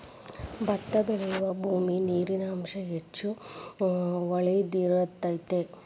ಬತ್ತಾ ಬೆಳಿಯುಬೂಮಿ ನೇರಿನ ಅಂಶಾ ಹೆಚ್ಚ ಹೊಳದಿರತೆತಿ